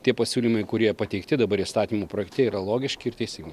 tie pasiūlymai kurie pateikti dabar įstatymų projekte yra logiški ir teisingi